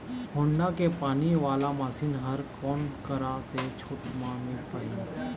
Honda के पानी वाला मशीन हर कोन करा से छूट म मिल पाही?